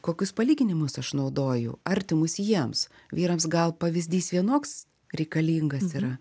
kokius palyginimus aš naudoju artimus jiems vyrams gal pavyzdys vienoks reikalingas yra